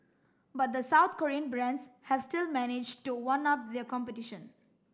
but the South Korean brands have still managed to one up their competition